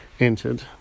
entered